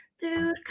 dude